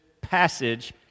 passage